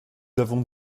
avons